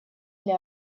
для